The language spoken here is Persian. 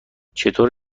چطور